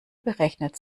berechnet